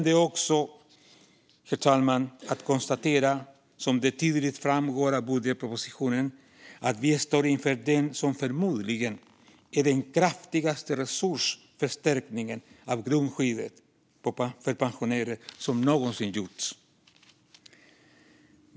Det är också glädjande att konstatera, vilket tydligt framgår av budgetpropositionen, att vi står inför det som förmodligen är den kraftigaste resursförstärkningen av grundskyddet för pensionärer som någonsin gjorts.